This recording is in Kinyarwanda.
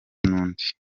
undi